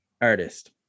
artist